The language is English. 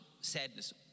sadness